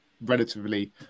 relatively